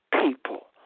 People